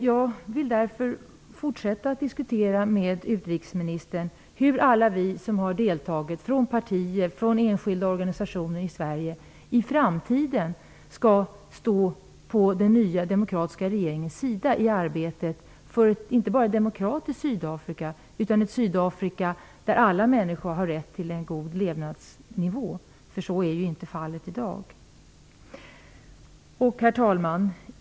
Jag vill därför fortsätta att diskutera med utrikesministern hur alla vi som har deltagit från partier och enskilda organisationer i Sverige i framtiden skall kunna stå på den nya demokratiska regeringens sida, inte bara i arbetet för ett demokratiskt Sydafrika utan i arbetet för ett Sydafrika där alla människor har rätt till en god levnadsnivå. Så är ju inte fallet i dag. Herr talman!